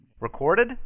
Recorded